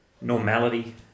normality